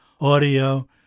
audio